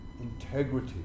integrity